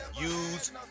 use